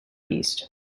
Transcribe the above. east